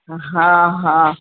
हा हा